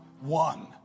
one